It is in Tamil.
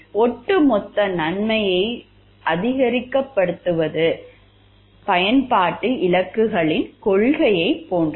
ஒட்டுமொத்த நன்மையை அதிகப்படுத்துவதற்கான பயன்பாட்டு இலக்குகளின் கொள்கையைப் போன்றது